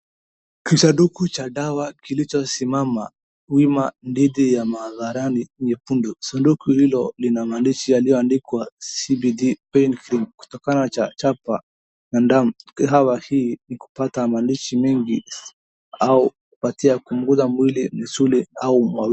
Kisanduku cha dawa kilichosimama wima ambacho kimeandikwa CBD pain cream.